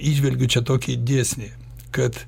įžvelgiu čia tokį dėsnį kad